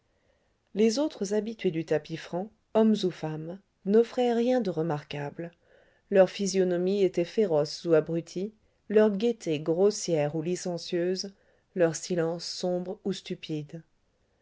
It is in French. les autres habitués du tapis franc hommes ou femmes n'offraient rien de remarquable leurs physionomies étaient féroces ou abruties leur gaieté grossière ou licencieuse leur silence sombre ou stupide